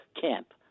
camp